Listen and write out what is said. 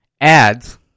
ads